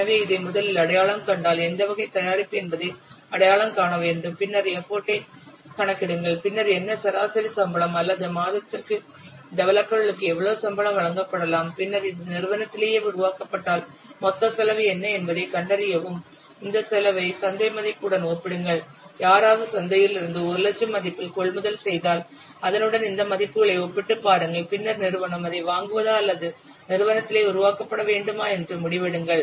எனவே இதை முதலில் அடையாளம் கண்டால் எந்த வகை தயாரிப்பு என்பதை அடையாளம் காண வேண்டும் பின்னர் எப்போட் யைக் கணக்கிடுங்கள் பின்னர் என்ன சராசரி சம்பளம் அல்லது மாதத்திற்கு டெவலப்பர்களுக்கு எவ்வளவு சம்பளம் வழங்கப்படலாம் பின்னர் இது நிறுவனத்திலேயே உருவாக்கப்பட்டால் மொத்த செலவு என்ன என்பதைக் கண்டறியவும் இந்த செலவை சந்தை மதிப்புடன் ஒப்பிடுங்கள் யாராவது சந்தையில் இருந்து 1 லட்சம் மதிப்பில் கொள்முதல் செய்தால் அதனுடன் இந்த மதிப்புகளை ஒப்பிட்டுப் பாருங்கள் பின்னர் நிறுவனம் அதை வாங்குவதா அல்லது நிறுவனத்திலேயே உருவாக்கப்பட வேண்டுமா என்று முடிவெடுங்கள்